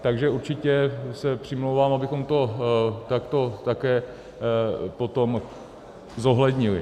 Takže určitě se přimlouvám, abychom to takto také potom zohlednili.